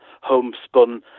homespun